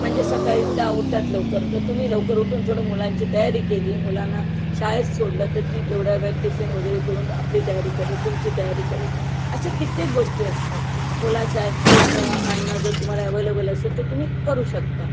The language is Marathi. म्हणजे सकाळी त्या ऊठतात लवकर तर तुम्ही लवकर उठून थोडं मुलांची तयारी केली मुलांना शाळेत सोडलं तर ती तेवढ्या वेळत टिफिन वगैरे करून आपली तयारी करेल तुमची तयारी करेल अशा कित्येक गोष्टी असतात मुलांना शाळेत सोडणं आणणं जर तुम्हाला अव्हेलेबल असेल तर तुम्ही करू शकता